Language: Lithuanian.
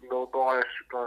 naudojasi tuo